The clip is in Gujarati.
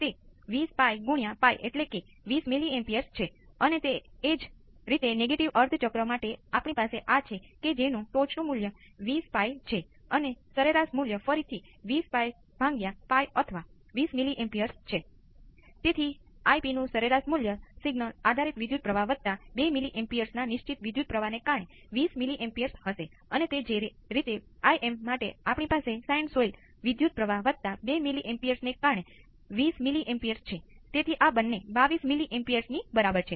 તેથી ચાલો આપણે કહીએ કે આપણી પાસે સ્વતંત્ર સ્રોતો સાથેની કોઈ સર્કિટ શોધવો પડશે અને તે R ની બરાબર છે